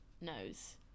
knows